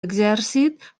exèrcit